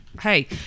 Hey